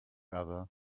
other